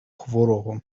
хворого